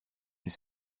his